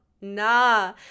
nah